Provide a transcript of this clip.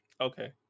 Okay